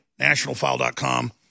NationalFile.com